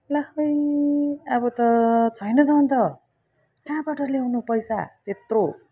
ला है अब त छैन त अन्त कहाँबाट ल्याउनु पैसा त्यत्रो